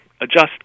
adjust